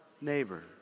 neighbor